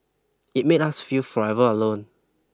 it made us feel forever alone